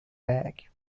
bag